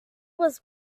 was